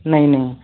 नहीं नहीं